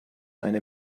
eine